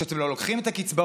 כשאתם לא לוקחים את הקצבאות,